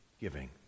Giving